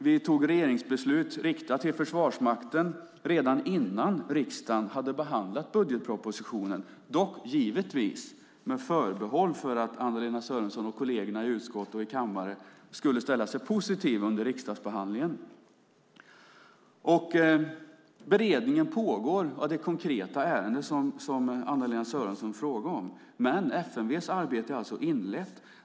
Vi fattade ett regeringsbeslut riktat till Försvarsmakten redan innan riksdagen hade behandlat budgetpropositionen, dock givetvis med förbehåll för att Anna-Lena Sörenson och kollegerna i utskott och kammare skulle ställa sig positiva under riksdagsbehandlingen. Beredningen pågår av det konkreta ärende som Anna-Lena Sörenson frågar om. Men FMV:s arbete är alltså inlett.